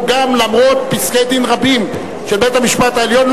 למרות פסקי-דין רבים של בית-המשפט העליון,